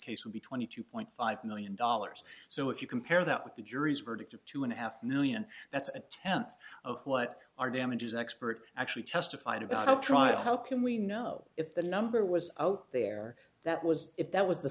case would be twenty two point five million dollars so if you compare that with the jury's verdict of two and a half million that's a tenth of what our damages expert actually testified about the trial how can we know if the number was out there that was if that was the